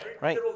right